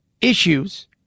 issues